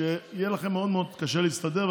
ויהיה לכם קשה מאוד להסתדר,